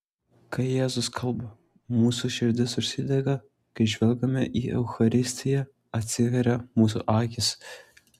kai jėzus kalba mūsų širdys užsidega kai žvelgiame į eucharistiją atsiveria mūsų akys